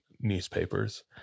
newspapers